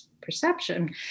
perception